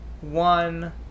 one